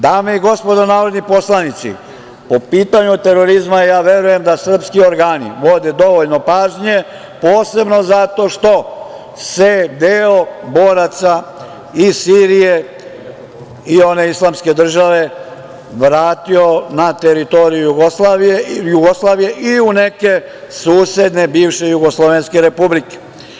Dame i gospodo narodni poslanici, po pitanju terorizma, verujem da srpski organi vode dovoljno pažnje posebno zato što se deo boraca iz Sirije i one islamske države vratio na teritoriju Jugoslavije i u neke susedne bivše jugoslovenske republike.